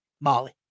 molly